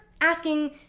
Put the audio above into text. asking